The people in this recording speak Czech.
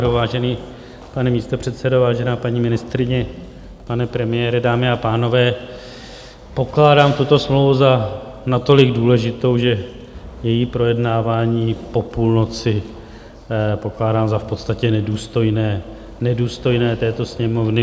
Vážený pane místopředsedo, vážená paní ministryně, pane premiére, dámy a pánové, pokládám tuto smlouvu za natolik důležitou, že její projednávání po půlnoci pokládám za v podstatě nedůstojné, nedůstojné této Sněmovny.